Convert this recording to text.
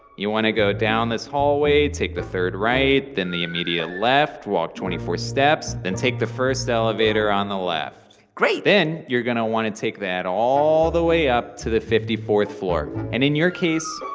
you want to go down this hallway, take the third right, then the immediate left. walk twenty four steps. then take the first elevator on the left great then you're going to want to take that all the way up to the fifty fourth floor. and in your case,